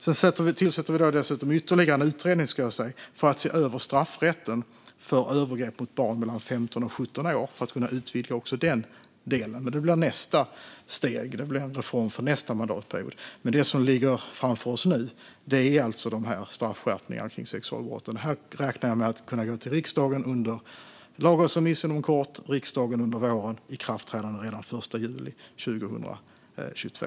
Dessutom tillsätter vi ytterligare en utredning för att se över straffrätten för övergrepp mot barn mellan 15 och 17 år för att kunna utvidga också den delen. Men det blir nästa steg. Det blir en reform för nästa mandatperiod. Det som ligger framför oss nu är dessa straffskärpningar kring sexualbrotten. Här räknar jag med en lagrådsremiss inom kort, riksdagsbehandling under våren och ikraftträdande redan den 1 juli 2022.